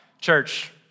church